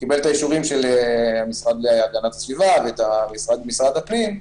הוא קיבל את האישורים של המשרד להגנת הסביבה ואת של משרד הפנים.